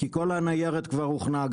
כי כל הניירת כבר הוכנה.